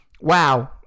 wow